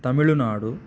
Tamil Nadu